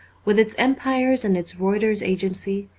with its empires and its renter's agency,